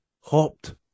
hopped